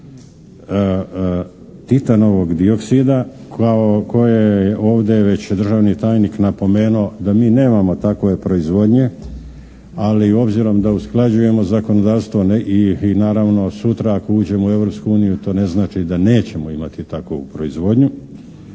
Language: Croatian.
titanog dioksida koje je ovdje već državni tajnik napomenuo, da mi nemamo takove proizvodnje. Ali obzirom da usklađujemo zakonodavstvo i naravno sutra ako uđemo u Europsku uniju to ne znači da nećemo imati takovu proizvodnju.